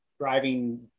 driving